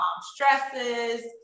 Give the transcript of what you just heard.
stresses